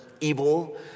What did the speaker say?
Evil